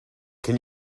can